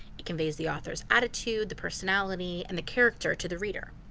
it conveys the author's attitude, the personality, and the character to the reader.